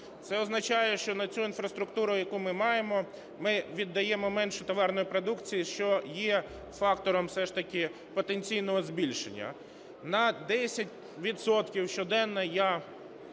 Це означає, що на цю інфраструктуру, яку ми маємо, ми віддаємо менше товарної продукції, що є фактором все ж таки потенційного збільшення. На 10 відсотків